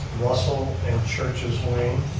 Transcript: russell and church's lane.